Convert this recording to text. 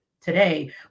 today